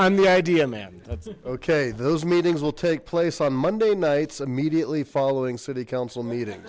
i'm the idea man okay those meetings will take place on monday nights immediately following city council